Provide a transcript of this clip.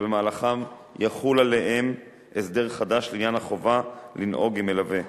שבמהלכם יחול עליהם הסדר חדש לעניין החובה לנהוג עם מלווה,